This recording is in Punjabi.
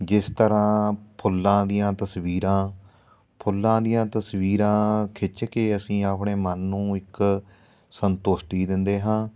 ਜਿਸ ਤਰ੍ਹਾਂ ਫੁੱਲਾਂ ਦੀਆਂ ਤਸਵੀਰਾਂ ਫੁੱਲਾਂ ਦੀਆਂ ਤਸਵੀਰਾਂ ਖਿੱਚ ਕੇ ਅਸੀਂ ਆਪਣੇ ਮਨ ਨੂੰ ਇੱਕ ਸੰਤੁਸ਼ਟੀ ਦਿੰਦੇ ਹਾਂ